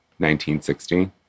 1960